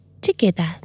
together